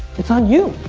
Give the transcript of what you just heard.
it's on you.